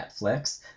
Netflix